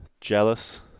jealous